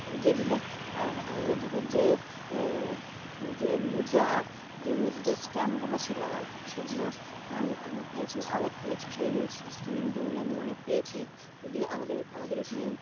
আর যেগুলো আর আগেকার যুগের যে যে মুদ্রা যে মুদ্রা স্ট্যাম্পগুলো ছিলো সেগুলো আমি পেয়েছি অনেক পেয়েছি সেই মুদ্রাগুলো আমি অনেক পেয়েছি যদি আমাদের আমাদের এখানে